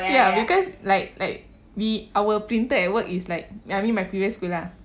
ya because like like we our printer at work is like eh I mean my previous school lah